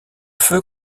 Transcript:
feu